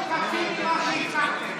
תקיימו חצי ממה שהבטחתם.